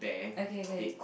okay okay